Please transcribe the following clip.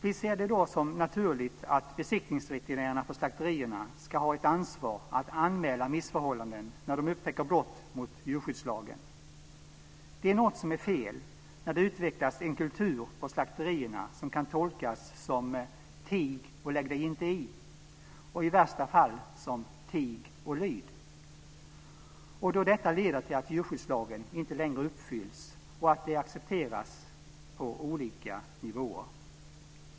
Vi ser det som naturligt att besiktningsveterinärerna på slakterierna ska ha ett ansvar att anmäla missförhållanden när de upptäcker brott mot djurskyddslagen. Det är något som är fel när det utvecklas en kultur på slakterierna som kan tolkas som "tig och lägg dig inte i" och i värsta fall som "tig och lid". Detta leder till att djurskyddslagen inte längre uppfylls och att det accepteras på olika nivåer.